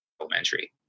elementary